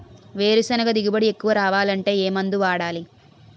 వేరుసెనగ దిగుబడి ఎక్కువ రావాలి అంటే ఏ మందు వాడాలి?